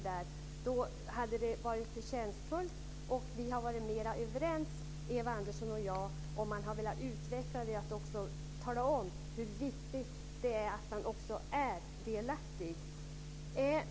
Det hade varit förtjänstfullt, och Eva Arvidsson och jag hade varit mer överens, om man hade utvecklat det till att tala om hur viktigt det är att man också är delaktig.